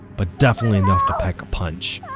but definitely enough to pack a punch.